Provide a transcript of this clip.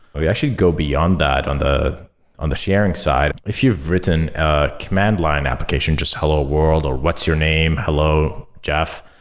we actually go beyond that on the on the sharing side. if you've written a command line application, just hello world, or what's your name, hello jeff.